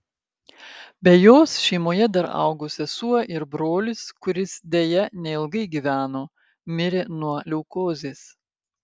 be jos šeimoje dar augo sesuo ir brolis kuris deja neilgai gyveno mirė nuo leukozės